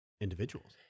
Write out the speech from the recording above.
individuals